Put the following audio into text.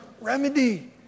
remedy